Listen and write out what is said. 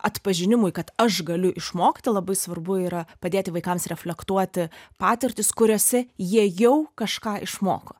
atpažinimui kad aš galiu išmokti labai svarbu yra padėti vaikams reflektuoti patirtis kuriose jie jau kažką išmoko